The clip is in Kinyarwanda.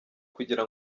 kugira